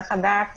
צריך לדעת